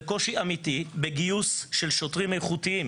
קושי אמיתי בגיוס של שוטרים איכותיים,